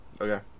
Okay